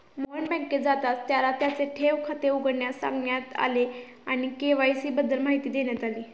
मोहन बँकेत जाताच त्याला त्याचे ठेव खाते उघडण्यास सांगण्यात आले आणि के.वाय.सी बद्दल माहिती देण्यात आली